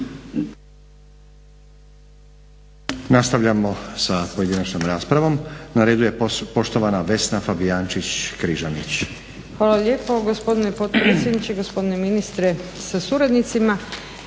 Nastavljamo sa pojedinačnom raspravom. Na redu je poštovana Vesna Fabijančić-Križanić. **Fabijančić Križanić, Vesna (SDP)** Hvala lijepo gospodine potpredsjedniče, gospodine ministre sa suradnicama.